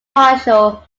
partial